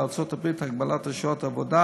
בארצות-הברית הגבלת שעות העבודה